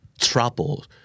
trouble